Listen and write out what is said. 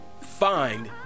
find